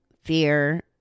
Fear